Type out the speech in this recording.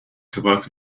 gebruikt